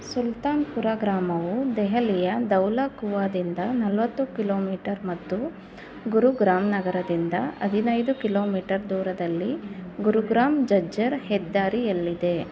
ಸುಲ್ತಾನ್ಪುರ ಗ್ರಾಮವು ದೆಹಲಿಯ ದೌಲಾ ಕುವಾದಿಂದ ನಲವತ್ತು ಕಿಲೋಮೀಟರ್ ಮತ್ತು ಗುರುಗ್ರಾಮ್ ನಗರದಿಂದ ಹದಿನೈದು ಕಿಲೋಮೀಟರ್ ದೂರದಲ್ಲಿ ಗುರುಗ್ರಾಮ್ ಜಜ್ಜರ್ ಹೆದ್ದಾರಿಯಲ್ಲಿದೆ